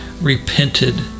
repented